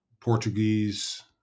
Portuguese